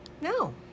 No